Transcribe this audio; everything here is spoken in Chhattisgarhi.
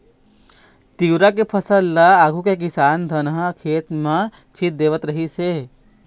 तिंवरा के फसल ल आघु के किसान धनहा खेत म छीच देवत रिहिस हे